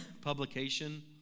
publication